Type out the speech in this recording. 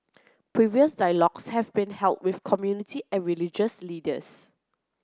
previous dialogues have been held with community and religious leaders